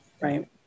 Right